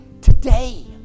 today